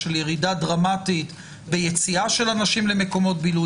של ירידה דרמטית ביציאה של אנשים למקומות בילוי.